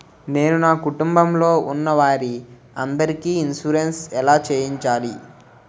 నేను నా కుటుంబం లొ ఉన్న వారి అందరికి ఇన్సురెన్స్ ఎలా చేయించాలి?